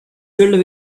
filled